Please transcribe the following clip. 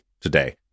today